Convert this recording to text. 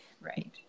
right